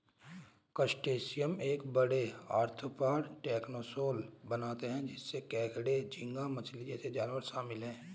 crustaceans एक बड़े, arthropod taxon बनाते हैं जिसमें केकड़े, झींगा मछली जैसे जानवर शामिल हैं